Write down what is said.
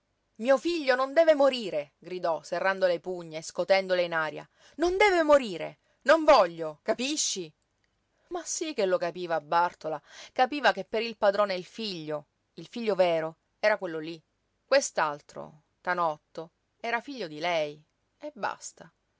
mio figlio non deve morire gridò serrando le pugna e scotendole in aria non deve morire non voglio capisci ma sí che lo capiva bàrtola capiva che per il padrone il figlio il figlio vero era quello lí quest'altro tanotto era figlio di lei e basta